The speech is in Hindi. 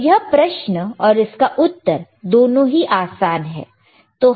तो यह प्रश्न और इसका उत्तर दोनों ही आसान है